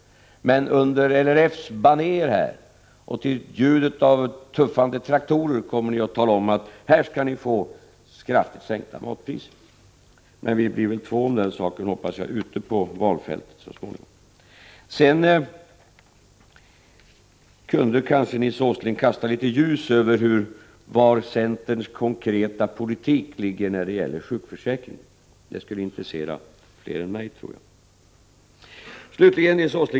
Men under LRF:s banér och till ljudet av tuffande traktorer kommer ni att tala om att det skall bli skattesänkta matpriser. Men vi blir väl, hoppas jag, två om den saken ute på valfältet så småningom. Sedan kunde kanske Nils Åsling kasta litet ljus över centerns konkreta politik när det gäller sjukförsäkringen. Jag tror att det skulle intressera fler än mig.